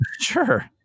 Sure